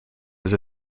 his